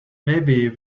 maybe